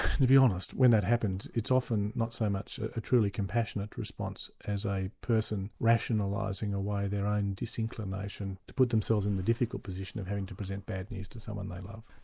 to be honest, when that happens, it's often not so much a truly compassionate response as a person rationalising away their own disinclination to put themselves in the difficult position of having to present bad news to someone they love.